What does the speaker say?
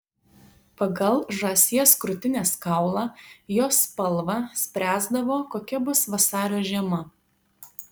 pagal žąsies krūtinės kaulą jo spalvą spręsdavo kokia bus vasario žiema